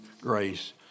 grace